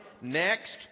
next